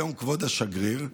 היום כבוד השגריר,